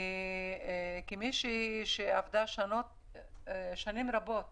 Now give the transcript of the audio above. כמי שעבדה שנים רבות